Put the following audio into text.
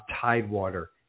Tidewater